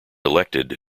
elected